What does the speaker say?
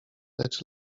lecz